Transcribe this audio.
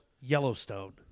Yellowstone